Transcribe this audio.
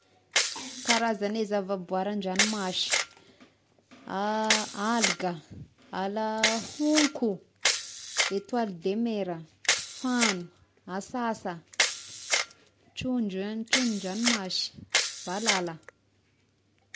Karazagne zavaboary an-dragnomasy algà, ala honko, etoile de mera, fagno, asasa, trondro-trondron-dranomasy, valala.